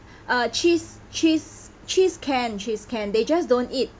uh cheese cheese cheese can cheese can they just don't eat